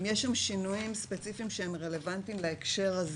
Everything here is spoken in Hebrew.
רציתי לשאול האם יש שם שינויים ספציפיים שהם רלוונטיים להקשר הזה,